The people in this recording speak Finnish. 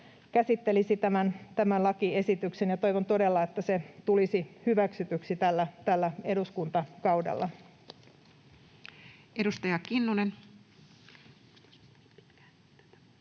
käsittelisi tämän lakiesityksen. Ja toivon todella, että se tulisi hyväksytyksi tällä eduskuntakaudella. [Speech